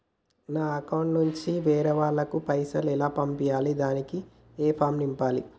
నా అకౌంట్ నుంచి వేరే వాళ్ళకు పైసలు ఎలా పంపియ్యాలి దానికి ఏ ఫామ్ నింపాలి?